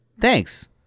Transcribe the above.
Thanks